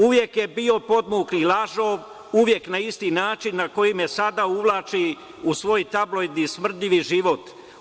Uvek je bio podmukli lažov, uvek na isti način na koji me sada uvlači u svoj tabloidni, smrdljivi život.